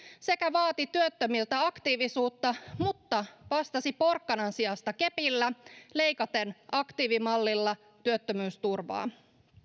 sekä vaati työttömiltä aktiivisuutta mutta vastasi porkkanan sijasta kepillä leikaten aktiivimallilla työttömyysturvaa